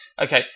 Okay